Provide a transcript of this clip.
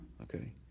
Okay